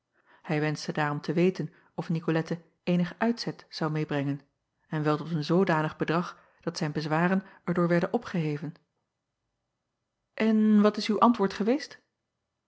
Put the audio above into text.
ij wenschte daarom te weten of icolette eenig uitzet zou meêbrengen en wel tot een zoodanig bedrag dat zijn bezwaren er door werden opgeheven n wat is uw antwoord geweest